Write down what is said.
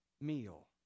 meal